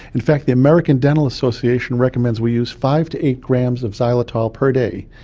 in fact the american dental association recommends we use five to eight grams of xylitol per day.